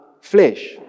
flesh